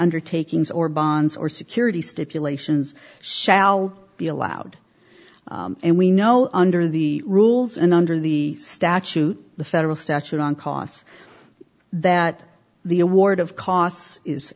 undertakings or bonds or security stipulations shall be allowed and we know under the rules and under the statute the federal statute on cos that the award of costs is